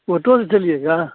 auto से चलिएगा